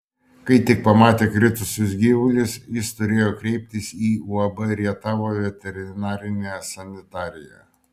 kai tik pamatė kritusius gyvulius jis turėjo kreiptis į uab rietavo veterinarinę sanitariją